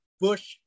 bush